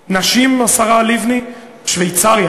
נשים, השרה לבני, שוויצריה